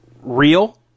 real